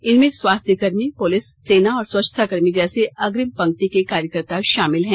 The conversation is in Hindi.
इनमें स्वास्थ्यकर्मी पुलिस सेना और स्वच्छताकर्मी जैसे अग्रिम पंक्ति के कार्यकर्ता शामिल हैं